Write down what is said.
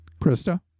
Krista